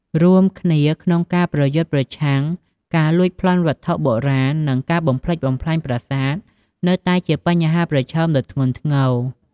រួមគ្នាក្នងការប្រយុទ្ធប្រឆាំងការលួចប្លន់វត្ថុបុរាណ និងការបំផ្លិចបំផ្លាញប្រាសាទនៅតែជាបញ្ហាប្រឈមដ៏ធ្ងន់ធ្ងរ។